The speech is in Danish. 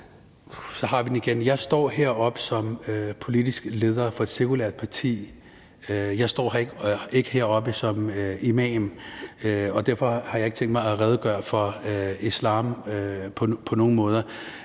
Så har vi den igen. Jeg står heroppe som politisk leder for et sekulært parti. Jeg står ikke heroppe som imam, og derfor har jeg ikke tænkt mig at redegøre for islam på nogen måder.